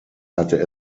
hatte